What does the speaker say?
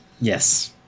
yes